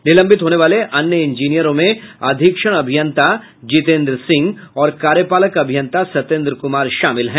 निलंबित होने वाले अन्य इंजीनियरों में अधीक्षण अभियंता जितेंद्र सिंह और कार्यपालक अभियंता सत्येन्द्र कुमार शामिल हैं